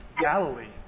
Galilee